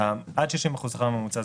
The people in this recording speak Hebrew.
ויש מדרגה שהיא מעל 60% השכר הממוצע.